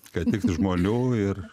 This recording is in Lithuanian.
kad tik žmonių ir